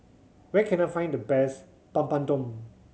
where can I find the best Papadum